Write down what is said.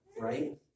right